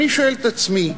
אני שואל את עצמי,